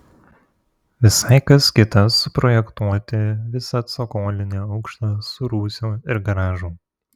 visai kas kita suprojektuoti visą cokolinį aukštą su rūsiu ir garažu